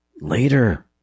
Later